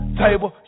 table